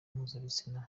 mpuzabitsina